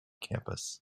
campus